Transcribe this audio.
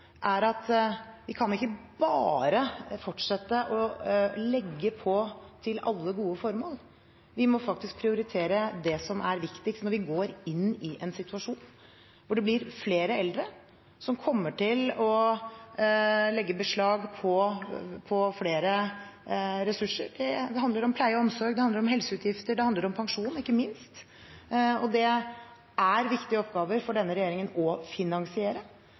er at vi ikke bare kan fortsette å legge på til alle gode formål. Vi må faktisk prioritere det som er viktigst når vi går inn i en situasjon hvor det blir flere eldre som kommer til å legge beslag på flere ressurser. Det handler om pleie og omsorg. Det handler om helseutgifter. Det handler om pensjon, ikke minst. Det er viktige oppgaver for denne regjeringen å finansiere.